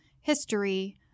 history